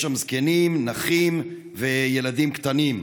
יש שם זקנים, נכים וילדים קטנים.